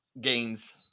games